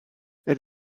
elle